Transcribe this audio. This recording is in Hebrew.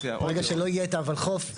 ברגע שלא יהיה את הולחו"ף,